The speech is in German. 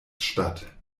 statt